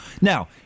Now